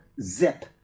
zip